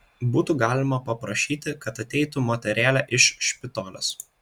būtų galima paprašyti kad ateitų moterėlė iš špitolės